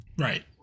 Right